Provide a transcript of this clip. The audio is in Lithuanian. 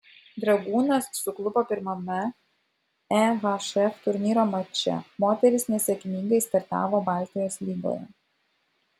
dragūnas suklupo pirmame ehf turnyro mače moterys nesėkmingai startavo baltijos lygoje